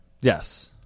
Yes